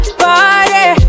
party